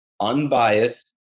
unbiased